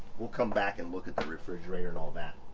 we'll come back and look at the refrigerator and all that.